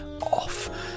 off